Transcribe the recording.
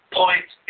point